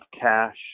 cash